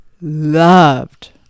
loved